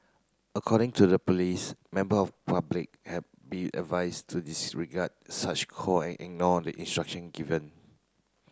according to the police member of public have be advised to disregard such call and ignore the instruction given